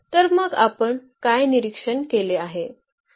तर मग आपण काय निरीक्षण केले आहे